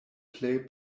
plej